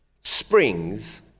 springs